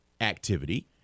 activity